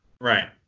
Right